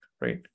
right